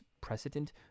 precedent